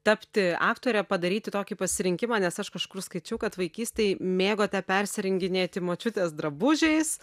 tapti aktore padaryti tokį pasirinkimą nes aš kažkur skaičiau kad vaikystėj mėgote persirenginėti močiutės drabužiais